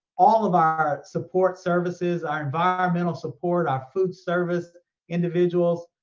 all of our support services, our environmental support, our food service individuals,